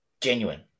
genuine